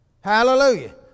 Hallelujah